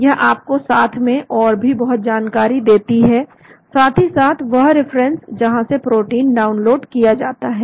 यह आप को साथ में और भी बहुत जानकारी देती है साथ ही वह रिफरेंस जहां से प्रोटीन डाउनलोड किया जाता है